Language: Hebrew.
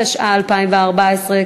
התשע"ה 2014,